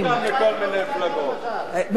באמת,